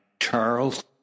Charles